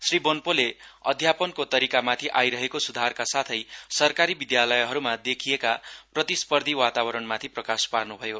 श्री बोनपोले अध्यापनको तरिकामाथि आइरहेको सुधारका साथै सरकारी विद्यालयहरुमा देखिएका प्रतिस्पर्धा वातावरण माथि प्रकाश पार्नुभयो